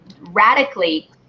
radically